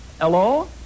Hello